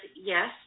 yes